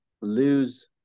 lose